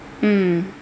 mm